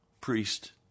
priest